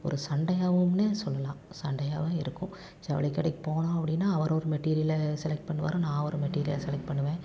ஒரு சண்டையாவும்னே சொல்லெலாம் சண்டையாக தான் இருக்கும் ஜவுளி கடைக்கு போனோம் அப்படின்னா அவர் ஒரு மெட்டீரியலை செலக்ட் பண்ணுவாரு நான் ஒரு மெட்டீரியலை செலக்ட் பண்ணுவேன்